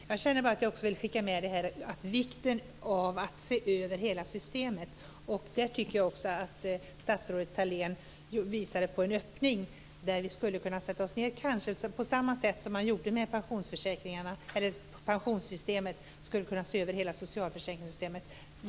Herr talman! Jag känner bara att jag också vill skicka med några ord om vikten av att se över hela systemet. Där tycker jag också att statsrådet Thalén visade på en öppning. Vi skulle kunna sätta oss ned, kanske på samma sätt som man gjorde med pensionssystemet, och se över hela socialförsäkringssystemet.